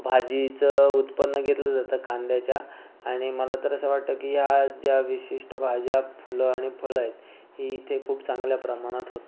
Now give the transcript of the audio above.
भाजीचं उत्पन्न घेतलं जातं कांद्याच्या आणि मला तर असं वाटतं की ह्या ज्या विशिष्ट भाज्या फुलं आणि फळं आहेत ही इथे खूप चांगल्या प्रमाणात होतात